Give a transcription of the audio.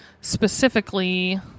specifically